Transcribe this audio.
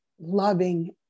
loving